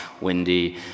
windy